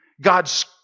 God's